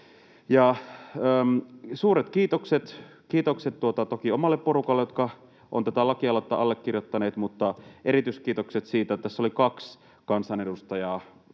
suuret kiitokset toki omalle porukalle, jotka ovat tätä lakialoitetta allekirjoittaneet, mutta erityiskiitokset siitä, että tässä oli kaksi kansanedustajaa,